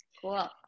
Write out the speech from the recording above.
Cool